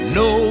no